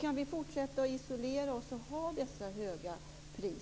Kan vi fortsätta att isolera oss, och kan vi fortsätta att ha dessa höga priser?